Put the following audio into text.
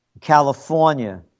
California